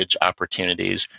opportunities